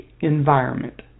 environment